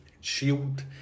Shield